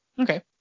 Okay